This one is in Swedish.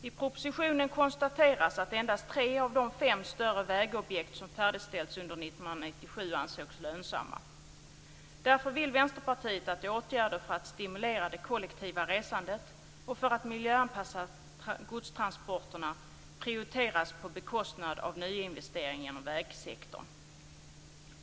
I propositionen konstateras att endast tre av de fem större vägobjekt som färdigställts under 1997 ansågs lönsamma. Därför vill Vänsterpartiet att åtgärder för att stimulera det kollektiva resandet och för att miljöanpassa godstransporterna prioriteras på bekostnad av nyinvesteringar inom vägsektorn.